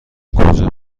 کجا